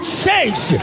change